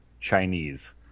Chinese